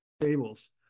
tables